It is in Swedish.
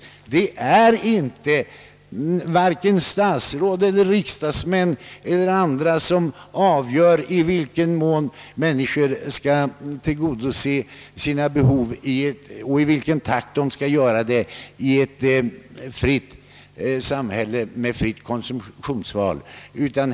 Varken statsråd, riksdagsmän eller andra skall avgöra i vilken mån människor i ett fritt samhälle med fritt konsumtionsval skall tillgodogöra sina behov och i vilken takt det bör äga rum.